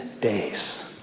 days